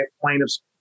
plaintiffs